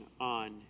on